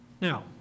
Now